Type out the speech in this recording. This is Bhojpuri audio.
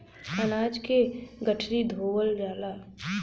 अनाज के गठरी धोवल जाला